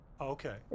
Okay